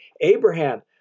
Abraham